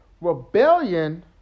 Rebellion